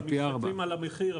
אתם מסתכלים על המחיר,